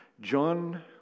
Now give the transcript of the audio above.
John